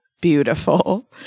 beautiful